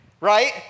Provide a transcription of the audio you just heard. right